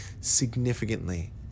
significantly